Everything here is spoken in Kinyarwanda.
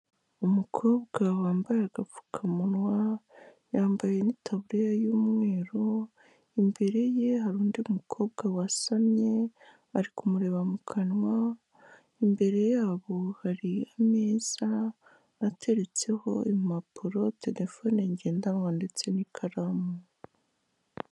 Umukobwa wambaye agapfukamunwa, yambaye n'itaburiya y'umweru, imbere ye hari undi mukobwa wasamye ari kumureba mu kanwa, imbere yabo hari ameza ateretseho impapuro, terefone ngendanwa, ndetse n'ikaramu.